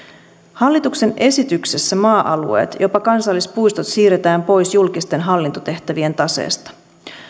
hallituksen esityksessä maa alueet ja jopa kansallispuistot siirretään pois julkisten hallintotehtävien taseesta